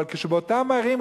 אבל כשבאותן ערים,